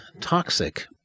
toxic